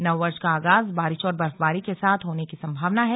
नव वर्ष का आगाज बारिश और बर्फबारी के साथ होने की संभावना है